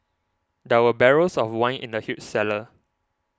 there were barrels of wine in the huge cellar